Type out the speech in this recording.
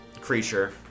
creature